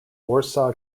warsaw